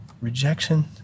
Rejection